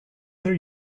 their